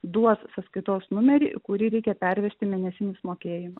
duos sąskaitos numerį kurį reikia pervesti mėnesinius mokėjimus